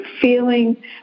feeling